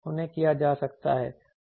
उन्हें किया जा सकता है